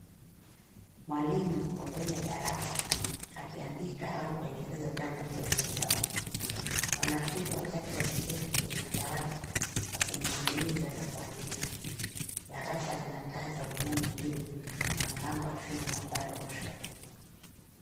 Mwalimu yuko mbele ya darasa akiandika au kuelekeza jambo kwenye ubao. Wanafunzi wachache wameketi kwenye madawati wakimsikiliza na kuandika. Darasa lina taa za umeme juu na mlango wa chuma upande wa kushoto.